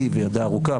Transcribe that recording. היא וידה הארוכה,